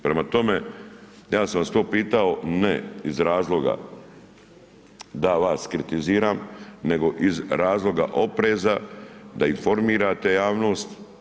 Prema tome, ja sam vas to pitao ne iz razloga da vas kritiziram nego iz razloga opreza da informirate javnost.